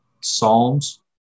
Psalms